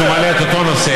שהוא מעלה את אותו נושא,